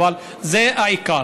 אבל זה העיקר.